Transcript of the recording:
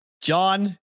John